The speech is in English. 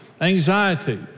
anxiety